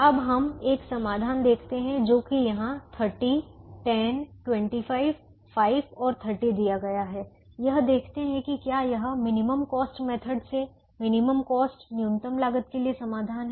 अब हम एक समाधान देखते हैं जो कि यहां 30 10 25 5 और 30 दिया गया है यह देखते हैं कि क्या यह मिनिमम कॉस्ट मेथड से मिनिमम कॉस्ट न्यूनतम लागत के लिए समाधान है